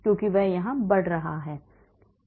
क्योंकि यह वहां बढ़ रहा है